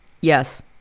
Yes